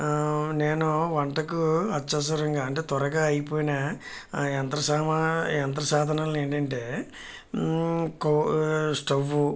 నేను వంటకు అత్యవసరంగా అంటే త్వరగా అయిపోయిన యంత్ర సామా యంత్ర సాధనాలు ఏమిటంటే కో స్టవ్వు